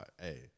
hey